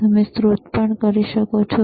તમે સ્ત્રોત પણ કરી શકો છો